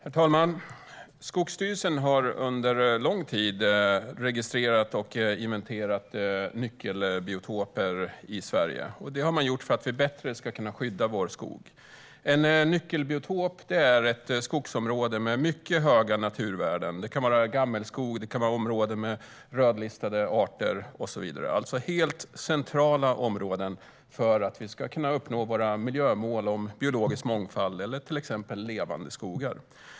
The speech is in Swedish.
Herr talman! Skogsstyrelsen har under lång tid registrerat och inventerat nyckelbiotoper i Sverige. Det har man gjort för att vi bättre ska kunna skydda vår skog. En nyckelbiotop är ett skogsområde med mycket stora naturvärden. Det kan vara gammelskog, områden med rödlistade arter och så vidare. Det är alltså helt centrala områden för att vi ska kunna uppnå våra miljömål om biologisk mångfald eller till exempel levande skogar.